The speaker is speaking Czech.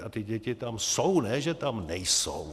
A ty děti tam jsou, ne že tam nejsou.